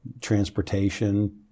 transportation